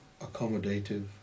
accommodative